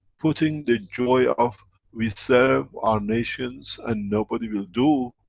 putting the joy of, we serve our nations and nobody will do.